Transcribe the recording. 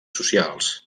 socials